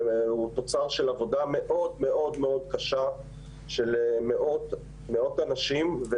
הוא תוצר של עבודה מאוד-מאוד קשה של מאות אנשים,